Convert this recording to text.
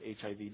HIV